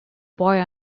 boy